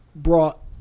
Brought